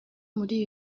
muri